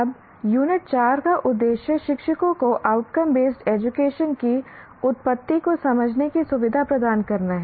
अब यूनिट 4 का उद्देश्य शिक्षकों को आउटकम बेस्ड एजुकेशन की उत्पत्ति को समझने की सुविधा प्रदान करना है